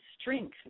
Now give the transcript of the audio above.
strength